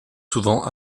souvent